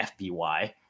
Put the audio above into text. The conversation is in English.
FBY